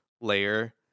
layer